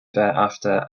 thereafter